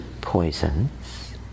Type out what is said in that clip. poisons